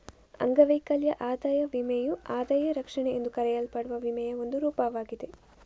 ಅಂಗವೈಕಲ್ಯ ಆದಾಯ ವಿಮೆಯು ಆದಾಯ ರಕ್ಷಣೆ ಎಂದು ಕರೆಯಲ್ಪಡುವ ವಿಮೆಯ ಒಂದು ರೂಪವಾಗಿದೆ